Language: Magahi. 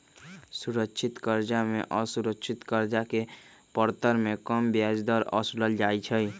सुरक्षित करजा में असुरक्षित करजा के परतर में कम ब्याज दर असुलल जाइ छइ